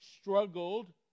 struggled